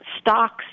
stocks